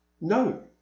no